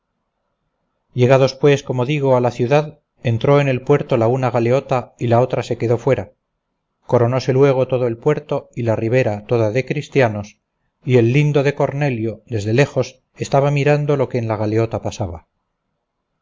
llegados pues como digo a la ciudad entró en el puerto la una galeota y la otra se quedó fuera coronóse luego todo el puerto y la ribera toda de cristianos y el lindo de cornelio desde lejos estaba mirando lo que en la galeota pasaba